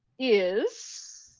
is